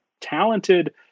talented